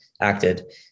acted